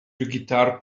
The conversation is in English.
guitar